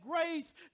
grace